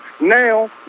now